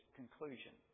conclusion